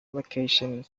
location